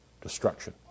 destruction